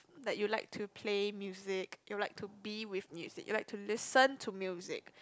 that you like to play music that you like to be with music you like to listen to music